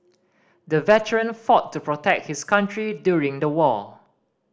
the veteran fought to protect his country during the war